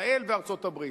ישראל וארצות-הברית.